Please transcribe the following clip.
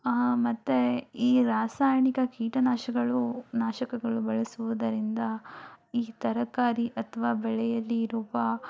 ಮತ್ತು ಈ ರಾಸಾಯನಿಕ ಕೀಟನಾಶಕಗಳು ನಾಶಕಗಳು ಬಳಸುವುದರಿಂದ ಈ ತರಕಾರಿ ಅಥವಾ ಬೆಳೆಯಲ್ಲಿ ಇರುವ